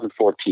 2014